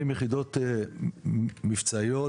יחידות מבצעיות,